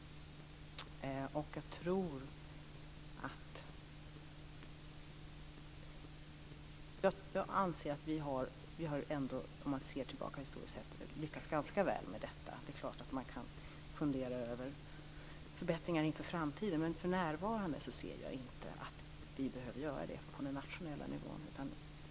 Jag anser att vi, om man ser tillbaka historiskt, ändå har lyckats ganska väl med detta. Det är klart att man kan fundera över förbättringar inför framtiden, men för närvarande ser jag inte att vi behöver göra det på den nationella nivån.